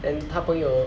and 他朋友